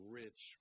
rich